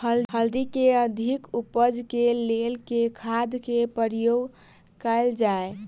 हल्दी केँ अधिक उपज केँ लेल केँ खाद केँ प्रयोग कैल जाय?